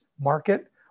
market